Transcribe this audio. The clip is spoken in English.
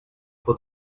for